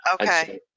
Okay